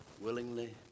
willingly